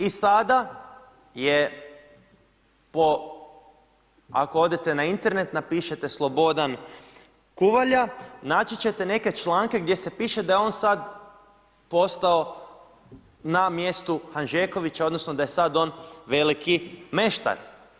I sada je po ako odete na Internet, napišete Slobodan Kuvalja, naći ćete neke članke gdje se piše da je on sad postao na mjestu Hanžekovića odnosno da je sad on veliki meštar.